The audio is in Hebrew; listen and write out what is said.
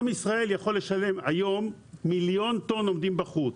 עם ישראל יכול לשלם היום מיליון טון עומדים בחוץ.